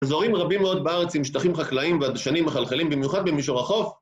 אזורים רבים מאוד בארץ עם שטחים חקלאים והדשנים מחלחלים במיוחד במישור החוף.